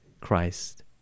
Christ